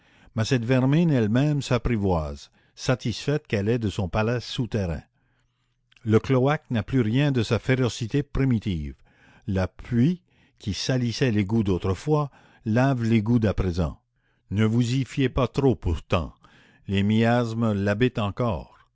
mais cette vermine elle-même s'apprivoise satisfaite qu'elle est de son palais souterrain le cloaque n'a plus rien de sa férocité primitive la pluie qui salissait l'égout d'autrefois lave l'égout d'à présent ne vous y fiez pas trop pourtant les miasmes l'habitent encore